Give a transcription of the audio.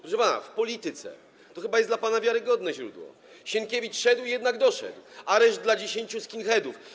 Proszę pana, w „Polityce” - to chyba jest dla pana wiarygodne źródło - Sienkiewicz szedł i jednak doszedł: areszt dla 10 skinheadów.